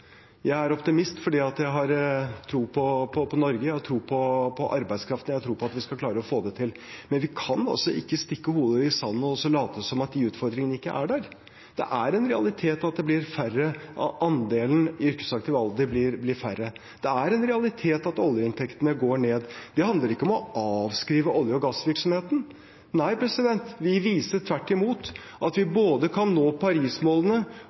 Jeg er optimist fordi jeg har tro på Norge. Jeg har tro på arbeidskraften, jeg har tro på at vi skal klare å få det til. Men vi kan ikke stikke hodet i sanden og late som om utfordringene ikke er der. Det er en realitet at det blir færre i yrkesaktiv alder. Det er en realitet at oljeinntektene går ned. Det handler ikke om å avskrive olje- og gassvirksomheten. Nei, vi viser tvert imot at vi både kan nå